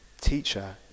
Teacher